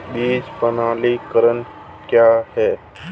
बीज प्रमाणीकरण क्या है?